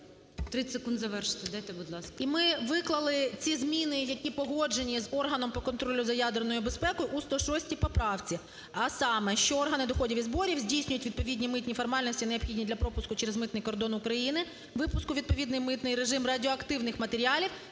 30 секунд завершити дайте, будь ласка. ОСТРІКОВА Т.Г. І ми викликали ці зміни, які погоджені з органом по контролю за ядерною безпекою у 106 поправці, а саме, що "органи доходів і зборів здійснюють відповідні митні формальності, необхідні для пропуску через митний кордон України, випуску у відповідний митний режим радіоактивних матеріалів